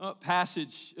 passage